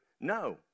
no